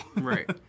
Right